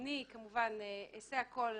אני אעשה הכל.